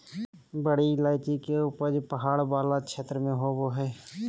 बड़ी इलायची के उपज पहाड़ वाला क्षेत्र में होबा हइ